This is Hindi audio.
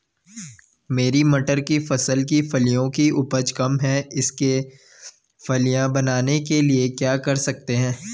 मेरी मटर की फसल की फलियों की उपज कम है इसके फलियां बनने के लिए क्या कर सकते हैं?